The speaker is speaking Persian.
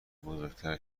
بزرگتر